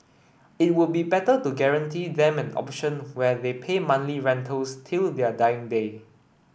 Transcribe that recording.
it would be better to guarantee them an option where they pay monthly rentals till their dying day